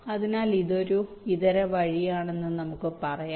അതിനാൽ ഇതൊരു ഇതര വഴിയാണെന്ന് നമുക്ക് പറയാം